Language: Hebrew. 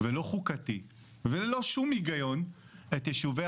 ולא חוקתי וללא שום הגיון את יישובי